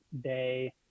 day